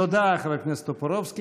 תודה, חבר הכנסת טופורובסקי.